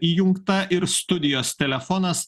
įjungta ir studijos telefonas